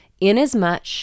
Inasmuch